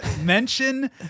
mention